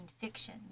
fiction